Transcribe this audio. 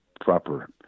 proper